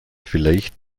vielleicht